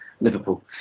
Liverpool